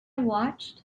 watched